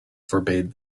forbade